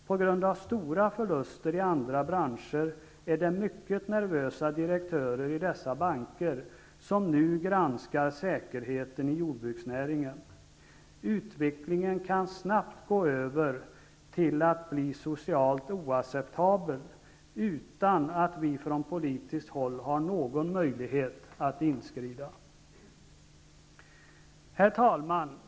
På grund av stora förluster i andra branscher finns det många mycket nervösa direktörer i dessa banker som nu granskar säkerheter i jordbruksnäringen. Utvecklingen kan snabbt gå över till att bli socialt oacceptabel, utan att vi från politiskt håll har någon möjlighet att inskrida. Fru talman!